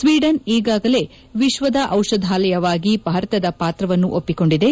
Sweden ಈಗಾಗಲೇ ವಿಶ್ವದ ಔಷಾಧಾಲಯವಾಗಿ ಭಾರತದ ಪಾತ್ರವನ್ನು ಒಪ್ಪಿಕೊಂಡಿದೆ